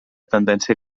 tendència